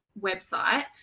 website